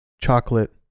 chocolate